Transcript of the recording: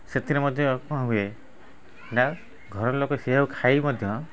ସେଥିରେ ମଧ୍ୟ କ'ଣ ହୁଏନା ଘରଲୋକ ସେଇଆକୁ ଖାଇକି ମଧ୍ୟ